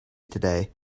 today